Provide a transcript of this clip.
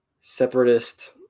Separatist